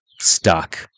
stuck